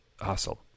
hustle